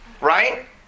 Right